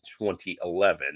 2011